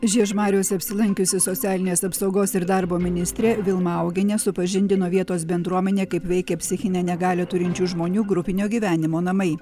žiežmariuose apsilankiusi socialinės apsaugos ir darbo ministrė vilma augienė supažindino vietos bendruomenę kaip veikia psichinę negalią turinčių žmonių grupinio gyvenimo namai